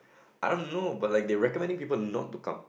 I don't know but like they recommending people not to come